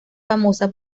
famosa